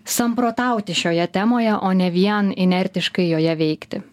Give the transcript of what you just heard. samprotauti šioje temoje o ne vien inertiškai joje veikti